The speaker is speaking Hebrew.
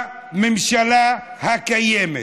בממשלה הקיימת,